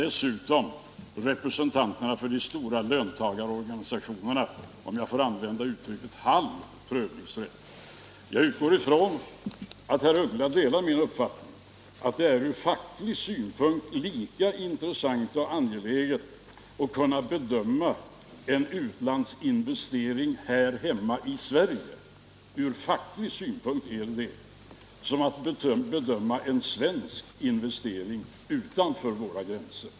Dessutom skall delta representanter för de stora löntagarorganisationerna med — om jag får använda det uttrycket — halv prövningsrätt. Jag utgår från att herr af Ugglas delar min uppfattning att det från facklig synpunkt är lika intressant och angeläget att kunna bedöma en utländsk investering här hemma i Sverige som att kunna bedöma en svensk investering utanför våra gränser.